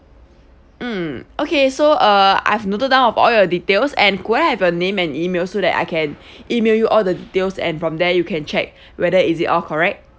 mm okay so uh I've noted down of all your details and could I have your name and email so that I can email you all the details and from there you can check whether is it all correct